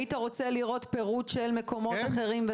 היית רוצה לראות פירוט של מקומות אחרים?